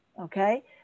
okay